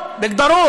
יכולים?